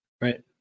Right